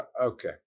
Okay